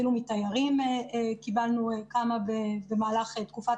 אפילו מתיירים קיבלנו כמה פניות במהלך תקופת